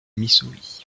missouri